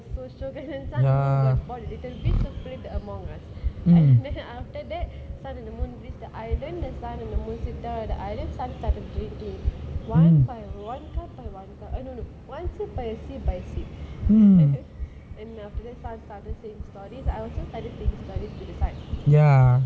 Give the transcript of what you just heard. so sugar and sun play a little bit the among us and then after that sun and the moon reached the island sun and the moon sit down at the island sun started drinking one cup by one cup uh no no no one sip by sip by sip and then after that sun started saying stories I also started saying stories to the sun